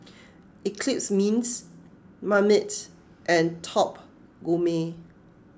Eclipse Mints Marmite and Top Gourmet